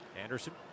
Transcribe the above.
Anderson